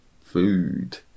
food